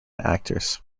actors